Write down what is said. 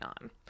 on